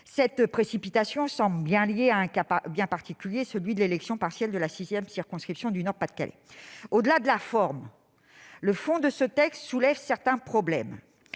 Cette précipitation semble liée à un cas particulier, celui de l'élection partielle dans la sixième circonscription du Pas-de-Calais. Au-delà de la forme, le fond de ce texte soulève certains problèmes.